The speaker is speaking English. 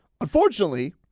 Unfortunately